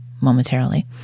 momentarily